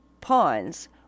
pawns